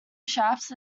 shafts